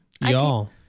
Y'all